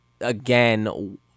again